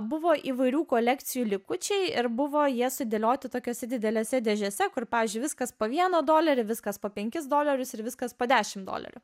buvo įvairių kolekcijų likučiai ir buvo jie sudėlioti tokiose didelėse dėžėse kur pavyzdžiui viskas po vieną dolerį viskas po penkis dolerius ir viskas po dešimt dolerių